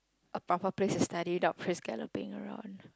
a proper place to study without priests galloping around